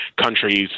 countries